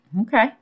Okay